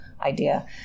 idea